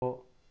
போ